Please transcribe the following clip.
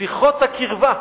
שיחות הקרבה,